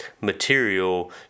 material